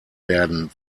werden